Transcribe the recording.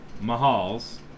Mahal's